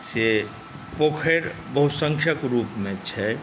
से पोखरि बहुसंख्यक रूपमे छै